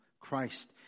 Christ